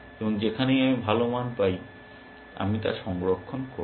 এবং যেখানেই আমি ভাল মান পাই আমি তা সংরক্ষণ করব